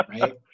right